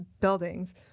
buildings